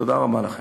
תודה רבה לכם.